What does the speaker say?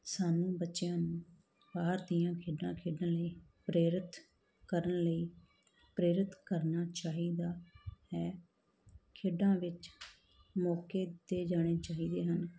ਸਾਨੂੰ ਬੱਚਿਆਂ ਨੂੰ ਬਾਹਰ ਦੀਆਂ ਖੇਡਾਂ ਖੇਡਣ ਲਈ ਪ੍ਰੇਰਿਤ ਕਰਨ ਲਈ ਪ੍ਰੇਰਿਤ ਕਰਨਾ ਚਾਹੀਦਾ ਹੈ ਖੇਡਾਂ ਵਿੱਚ ਮੌਕੇ ਦਿੱਤੇ ਜਾਣੇ ਚਾਹੀਦੇ ਹਨ